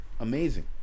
amazing